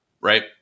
right